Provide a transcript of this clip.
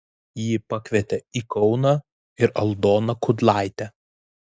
ji pakvietė į kauną ir aldoną kudlaitę